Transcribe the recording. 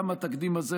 גם התקדים הזה,